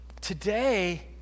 today